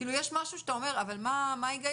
כאילו יש משהו שאתה אומר, אבל מה ההיגיון?